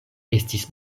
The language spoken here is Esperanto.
estis